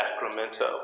Sacramento